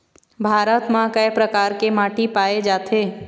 भारत म कय प्रकार के माटी पाए जाथे?